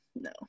no